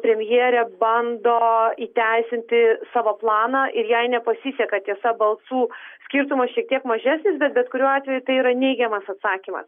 premjerė bando įteisinti savo planą ir jai nepasiseka tiesa balsų skirtumas šiek tiek mažesnis bet bet kuriuo atveju tai yra neigiamas atsakymas